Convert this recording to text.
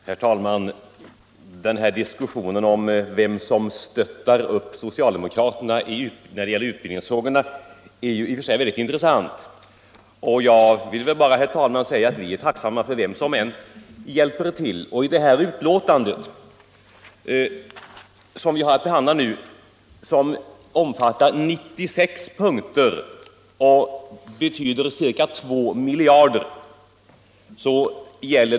Herr talman! Diskussionen om vem som stöttar upp socialdemokraterna när det gäller utbildningsfrågorna är i och för sig väldigt intressant. Jag vill bara säga att vi är tacksamma, vem som än hjälper till. Det betänkande som vi nu har att behandla omfattar 96 punkter och gäller ca 2 miljarder.